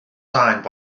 signed